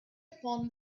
upon